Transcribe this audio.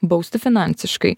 bausti finansiškai